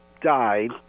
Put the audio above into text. died